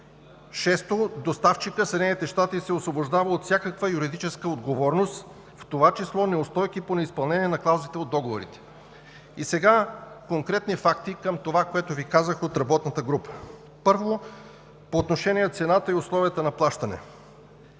доставчикът – Съединените щати, се освобождава от всякаква юридическа отговорност, в това число неустойки по неизпълнение на клаузите от договорите. Сега конкретни факти към това, което Ви казах от работната група. Първо, по отношение на цената и условията на плащане.